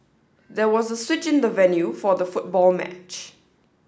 there was a switch in the venue for the football match